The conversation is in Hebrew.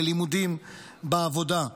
בלימודים ובעבודה.